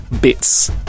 bits